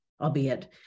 albeit